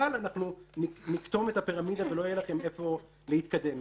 אבל אנחנו נקטום את הפירמידה ולא יהיה לכם לאיפה להתקדם.